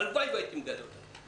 הלוואי והייתי מגלה אותה.